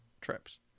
trips